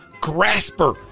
grasper